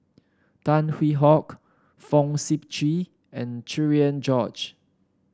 Tan Hwee Hock Fong Sip Chee and Cherian George